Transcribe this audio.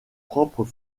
propres